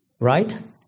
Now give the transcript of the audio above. Right